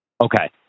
Okay